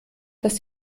dass